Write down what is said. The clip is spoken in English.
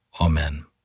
Amen